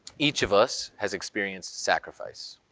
each of us has experienced sacrifice.